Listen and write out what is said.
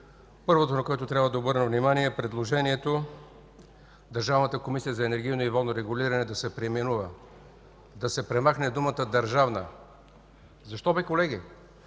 Първото, на което трябва да обърна внимание, е предложението Държавната комисия за енергийно и водно регулиране да се преименува, да се премахне думата „държавна”. Защо, бе, колеги?